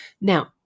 now